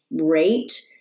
rate